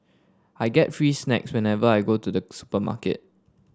I get free snacks whenever I go to the supermarket